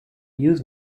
use